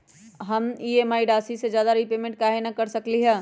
हम ई.एम.आई राशि से ज्यादा रीपेमेंट कहे न कर सकलि ह?